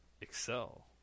Excel